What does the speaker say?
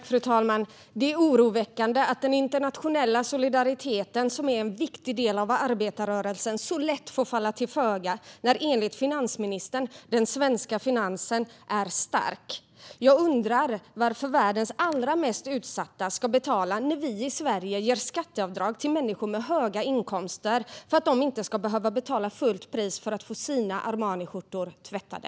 Fru talman! Det är oroväckande att den internationella solidariteten, som är en viktig del av arbetarrörelsen, så lätt blir satt på undantag när den svenska finansen, enligt finansministern, är stark. Jag undrar varför världens allra mest utsatta ska betala när vi i Sverige gör skatteavdrag till människor med höga inkomster för att de inte ska behöva betala fullt pris för att få sina Armaniskjortor tvättade.